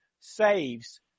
saves